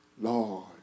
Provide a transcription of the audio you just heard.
Lord